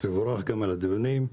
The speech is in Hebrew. תבורך על הדיונים.